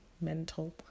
mental